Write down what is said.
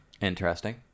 Interesting